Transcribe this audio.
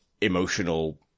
emotional